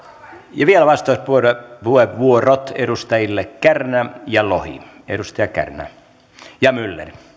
ja vielä vastauspuheenvuorot edustajille kärnä lohi ja myller